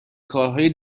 کارهای